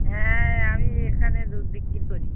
হ্যাঁ আমি এখানে দুধ বিক্রি করি